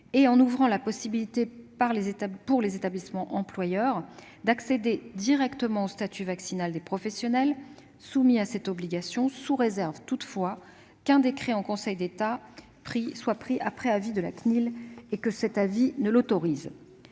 et en ouvrant la possibilité pour les établissements employeurs d'accéder directement au statut vaccinal des professionnels soumis à cette obligation, sous réserve, toutefois, qu'un décret en Conseil d'État, pris après avis de la Commission nationale